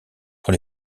pour